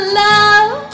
love